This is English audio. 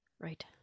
Right